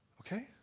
Okay